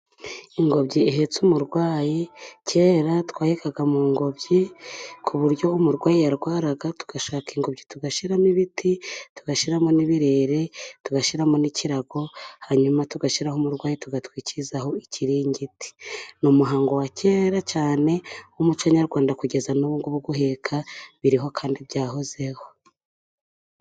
Ingobyi ihetse umurwayi, kera twahekaga mu ngobyi ku buryo umurwayi yarwaraga tugashaka ingobyi, tugashyiramo ibiti, tugashyiramo n'ibirere, tugashyiramo n'ikirago, hanyuma tugashyiramo umurwayi tugatwikiraho ikiringiti. Ni umuhango wa kera cyane w'umuco nyarwanda, kugeza n'ubu ngubu guheka biriho kandi byahozeho.